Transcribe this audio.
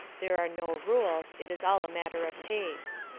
there are no rules it is all a matter of taste.